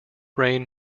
reign